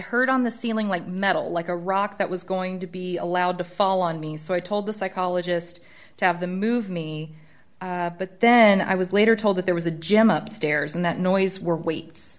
heard on the ceiling like metal like a rock that was going to be allowed to fall on me so i told the psychologist to have the move me but then i was later told that there was a gem up stairs and that noise were weight